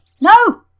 No